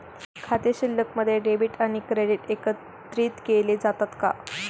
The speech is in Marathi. खाते शिल्लकमध्ये डेबिट आणि क्रेडिट एकत्रित केले जातात का?